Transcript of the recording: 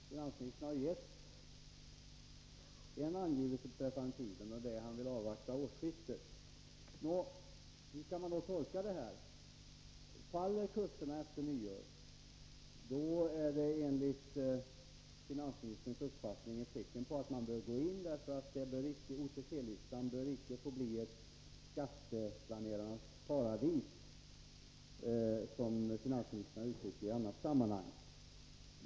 Herr talman! Finansministern har lämnat en uppgift beträffande tiden, nämligen årsskiftet. Hur skall man då tolka detta? Om kurserna faller efter nyåret, är det enligt finansministern ett tecken på att man behöver ingripa, därför att OTC-listan icke bör förbli ett skatteplanerarnas paradis, som finansministern har uttryckt det i annat sammanhang.